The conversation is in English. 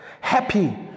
happy